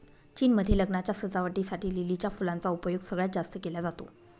चीन मध्ये लग्नाच्या सजावटी साठी लिलीच्या फुलांचा उपयोग सगळ्यात जास्त केला जातो